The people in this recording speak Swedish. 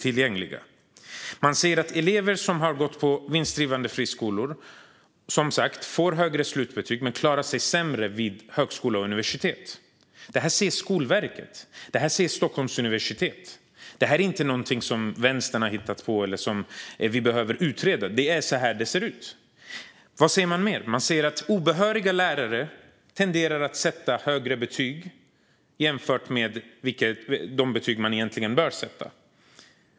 Forskningen säger som sagt att elever som har gått på vinstdrivande friskolor får högre slutbetyg men klarar sig sämre på högskolor och universitet. Det säger Skolverket, och det säger Stockholms universitet. Det är inte något som vänstern har hittat på eller som behöver utredas. Det är så det ser ut. Vad säger man mer? Man säger att obehöriga lärare tenderar att sätta högre betyg än de egentligen bör sätta.